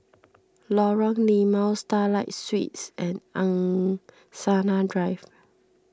Lorong Limau Starlight Suites and Angsana Drive